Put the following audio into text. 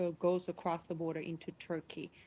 so goes across the border into turkey.